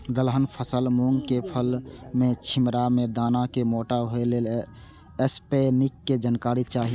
दलहन फसल मूँग के फुल में छिमरा में दाना के मोटा होय लेल स्प्रै निक के जानकारी चाही?